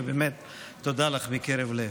באמת תודה לך מקרב לב.